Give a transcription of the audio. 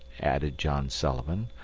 added john sullivan.